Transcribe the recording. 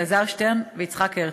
אלעזר שטרן ויצחק הרצוג.